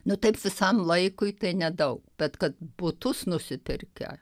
nu taip visam laikui tai nedaug bet kad butus nusipirkę